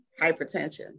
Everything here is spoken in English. hypertension